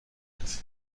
کرد